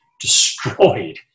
destroyed